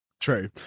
True